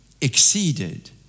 exceeded